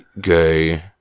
gay